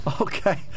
Okay